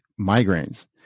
migraines